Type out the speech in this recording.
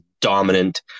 dominant